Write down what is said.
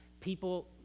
People